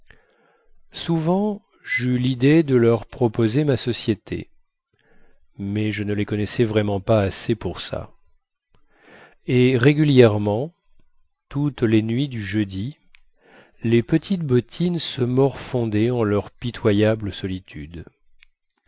souvent jeus lidée de leur proposer ma société mais je ne les connaissais vraiment pas assez pour ça et régulièrement toutes les nuits du jeudi les petites bottines se morfondaient en leur pitoyable solitude